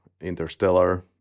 Interstellar